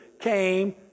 came